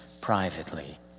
privately